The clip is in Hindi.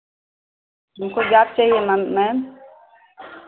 हमको जॉब चाहिए मैम